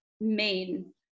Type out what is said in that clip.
main